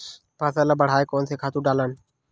फसल ल बढ़ाय कोन से खातु डालन?